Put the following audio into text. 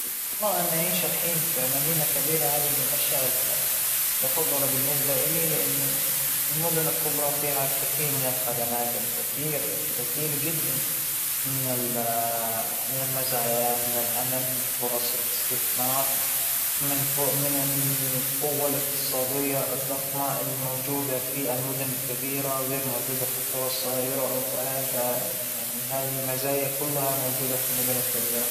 ما جت فكرت بال- بالموضوع، لكن أعتقد أنه كل مكان وإله مميزاته وإله عيوبه، ترى قرية صغيرة هدوء ونظافة ونظام، المدينة الكبيرة التقدم والعمران ، ما بعرف الصراحة مين بختار ، لكن ااا أعتقد إنى أبيهم الأثنين بنفس الوقت ، يعنى أبى محل يجمع بين خصائص الاثنين.